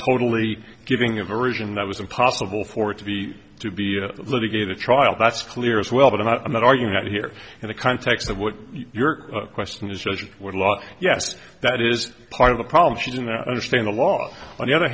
totally giving a version that was impossible for it to be to be litigated trial that's clear as well but i'm not arguing that here in the context of what your question is or what law yes that is part of the problem she didn't understand the law on the other